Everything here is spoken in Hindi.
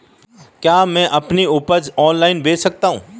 क्या मैं अपनी उपज ऑनलाइन बेच सकता हूँ?